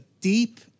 deep